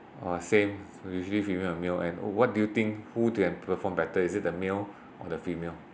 uh same usually female and male and what do you think who to have perform better is it the male or the female